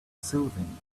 soothing